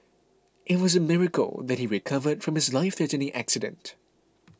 it was a miracle that he recovered from his life threatening accident